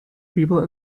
people